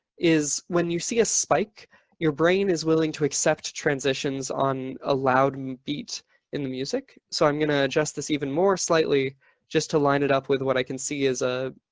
is when you see a spike, your brain is willing to accept transitions on a loud beat in the music. so i'm going to adjust this even more slightly just to line it up with what i can see is a